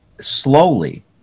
slowly